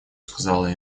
сказала